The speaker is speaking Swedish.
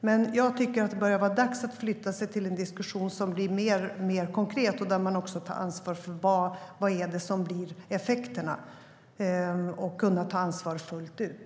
Men jag tycker att det börjar bli dags att flytta sig till en diskussion som är mer konkret, där man också tar ansvar för vad som blir effekterna och tar ansvar fullt ut.